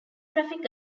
traffic